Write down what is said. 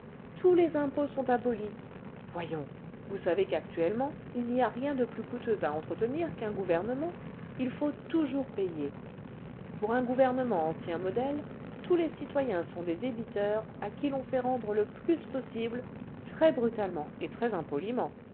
tous les impôts sont abolis voyons vous savez qu'actuellement il n'y a rien de plus coûteux à entretenir qu'un gouvernement il faut toujours payer pour un gouvernement ancien modèle tous les citoyens sont des débiteurs à qui l'on fait rendre le plus possible très brutalement et très